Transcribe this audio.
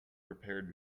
prepared